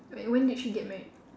like when did she get married